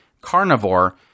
carnivore